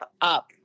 up